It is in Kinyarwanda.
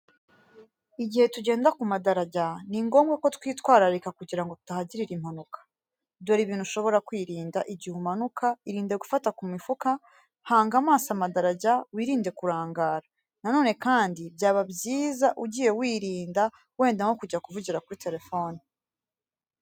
Igihe tugenda ku madarajya, ni ngombwa kwitwararika kugira ngo tutahagirira impanuka. Dore ibintu ushobora kwirinda: igihe umanuka, irinde gufata mu mifuka. Hanga amaso amadarajya, wirinde kurangara. Na none kandi byaba byiza ugiye wirinda wenda nko kuvugira kuri telefoni.